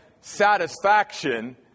satisfaction